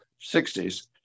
60s